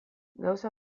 gauza